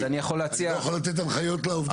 אני לא יכול לתת הנחיות לעובדים.